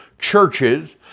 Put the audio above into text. churches